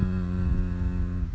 mm